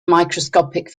microscopic